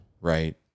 Right